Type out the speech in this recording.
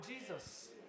Jesus